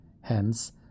Hence